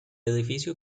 edificio